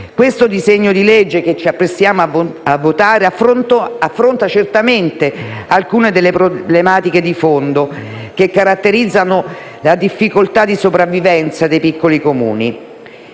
Il disegno di legge che ci apprestiamo a votare affronta alcune delle problematiche di fondo che caratterizzano le difficoltà di sopravvivenza dei piccoli Comuni.